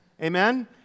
Amen